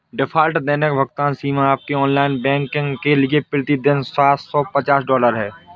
default दैनिक भुगतान सीमा आपके ऑनलाइन बैंकिंग के लिए प्रति दिन सात सौ पचास डॉलर है